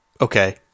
Okay